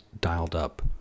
dialed-up